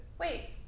wait